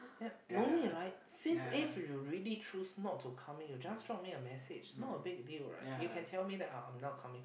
ya normally right since if you really choose not to coming you just drop me a message not a big deal right you can tell me that oh I'm not coming